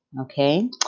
Okay